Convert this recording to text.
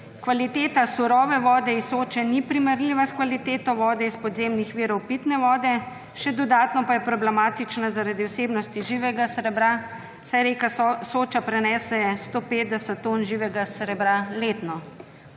Kvaliteta surove vode iz Soče ni primerljiva s kvaliteto vode iz podzemnih virov pitne vode, še dodatno pa je problematična zaradi vsebnosti živega srebra, saj reka Soča prenese 150 ton živega srebra letno.